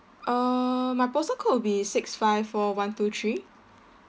uh my postal code would be six five four one two three